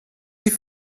die